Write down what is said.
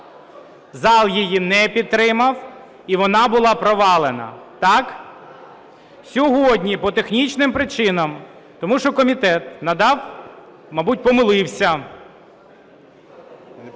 Зал її не підтримав і вона була провалена. Так? Сьогодні по технічним причинам, тому що комітет надав, мабуть, помилився,